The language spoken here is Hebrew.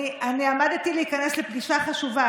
אני עמדתי להיכנס לפגישה חשובה.